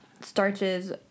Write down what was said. starches